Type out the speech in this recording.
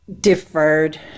deferred